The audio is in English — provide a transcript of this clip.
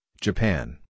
Japan